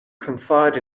confide